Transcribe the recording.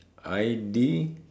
I_D